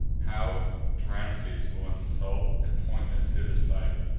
how drances will insult and point them to the sight!